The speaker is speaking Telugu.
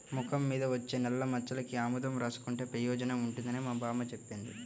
మొఖం మీద వచ్చే నల్లమచ్చలకి ఆముదం రాసుకుంటే పెయోజనం ఉంటదని మా బామ్మ జెప్పింది